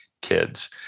kids